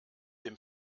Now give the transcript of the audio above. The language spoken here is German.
dem